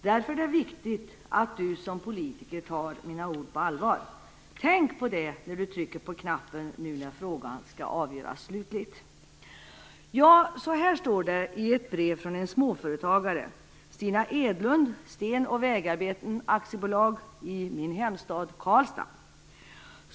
Därför är det viktigt att Du som politiker tar mina ord på allvar. Tänk på det när Du trycker på knappen nu när frågan skall avgöras slutgiltigt." Så står det i ett brev från en småföretagare, Stina Karlstad.